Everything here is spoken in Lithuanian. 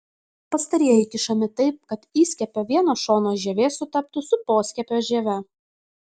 pastarieji kišami taip kad įskiepio vieno šono žievė sutaptų su poskiepio žieve